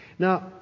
Now